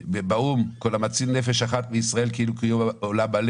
באו"ם: כל המציל נפש אחת מישראל כאילו קיים עולם מלא,